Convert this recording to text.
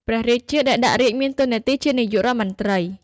ព្រះរាជាដែលដាក់រាជ្យមានតួនាទីជានាយករដ្ឋមន្ត្រី។